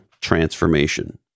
transformation